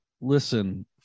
Listen